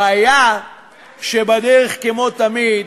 הבעיה, שבדרך, כמו תמיד,